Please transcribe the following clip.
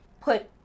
put